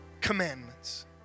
commandments